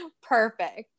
perfect